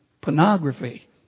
pornography